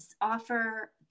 offer